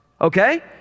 Okay